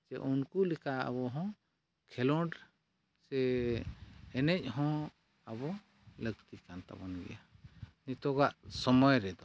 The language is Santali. ᱡᱮ ᱩᱱᱠᱩ ᱞᱮᱠᱟ ᱟᱵᱚᱦᱚᱸ ᱠᱷᱮᱞᱳᱰ ᱥᱮ ᱮᱱᱮᱡ ᱦᱚᱸ ᱟᱵᱚ ᱞᱟᱹᱠᱛᱤ ᱠᱟᱱ ᱛᱟᱵᱚᱱ ᱜᱮᱭᱟ ᱱᱤᱛᱳᱜᱟᱜ ᱥᱚᱢᱚᱭ ᱨᱮᱫᱚ